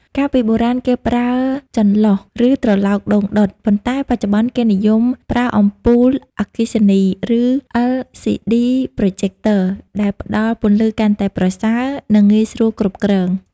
កាលពីបុរាណគេប្រើចន្លុះ ឬត្រឡោកដូងដុត ប៉ុន្តែបច្ចុប្បន្នគេនិយមប្រើអំពូលអគ្គិសនី ឬ LCD Projector ដែលផ្តល់ពន្លឺកាន់តែប្រសើរ និងងាយស្រួលគ្រប់គ្រង។